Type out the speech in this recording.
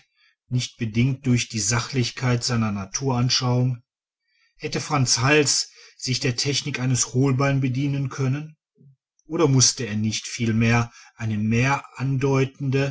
nicht bedingt durch die sachlichkeit seiner naturanschauung hätte franz hals sich der technik eines holbein bedienen können oder mußte er nicht vielmehr eine mehr andeutende